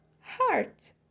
Heart